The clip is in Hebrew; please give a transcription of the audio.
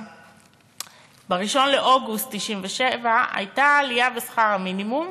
ב-1 באוגוסט 1997 הייתה עלייה בשכר המינימום